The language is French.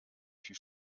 fut